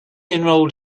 enrolled